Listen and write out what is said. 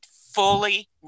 fully